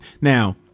Now